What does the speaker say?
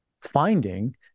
finding